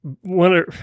one